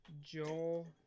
Joel